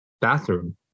bathroom